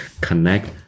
connect